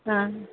हाँ